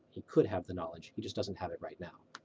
he could have the knowledge, he just doesn't have it right now.